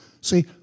See